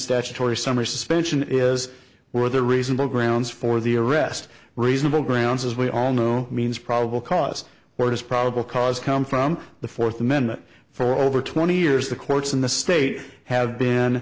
statutory summer suspension is where the reasonable grounds for the arrest reasonable grounds as we all know means probable cause for his probable cause come from the fourth amendment for over twenty years the courts in the state have been